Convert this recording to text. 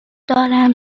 دارم